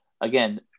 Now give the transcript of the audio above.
again